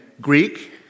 Greek